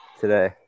today